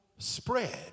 spread